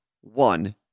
one